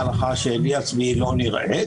הלכה שלי עצמי לא נראית,